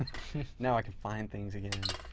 now i can find things again.